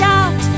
out